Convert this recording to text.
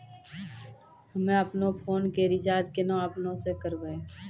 हम्मे आपनौ फोन के रीचार्ज केना आपनौ से करवै?